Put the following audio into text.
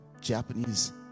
Japanese